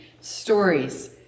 stories